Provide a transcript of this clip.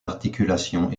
articulations